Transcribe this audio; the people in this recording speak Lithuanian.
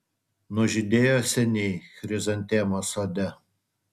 nužydėjo seniai chrizantemos sode